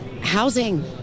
housing